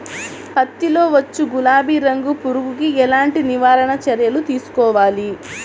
పత్తిలో వచ్చు గులాబీ రంగు పురుగుకి ఎలాంటి నివారణ చర్యలు తీసుకోవాలి?